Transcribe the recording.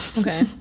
Okay